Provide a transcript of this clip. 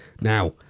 Now